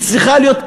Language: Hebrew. היא צריכה להיות,